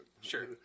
Sure